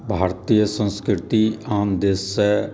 भारतीय संस्कृति आन देशसँ